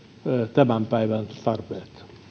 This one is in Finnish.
tämän päivän tarpeet